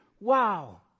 wow